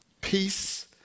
Peace